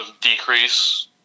decrease